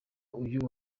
uyu